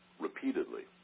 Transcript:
repeatedly